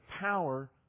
power